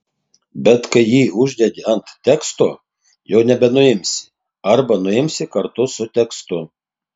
bet kai jį uždedi ant teksto jau nebenuimsi arba nuimsi kartu su tekstu